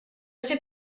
ser